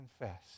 confess